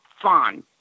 fun